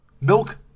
Milk